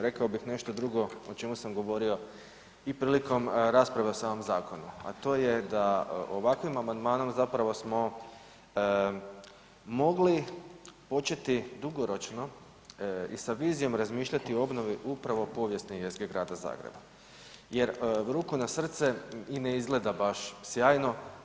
Rekao bih nešto drugo o čemu sam govorio i prilikom rasprave o samom zakonu, a to je da ovakvim amandmanom zapravo smo mogli početi dugoročno i sa vizijom razmišljati o obnovi upravo povijesne jezgre Grada Zagreba jer ruku na srce i ne izgleda baš sjajno.